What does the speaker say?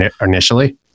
initially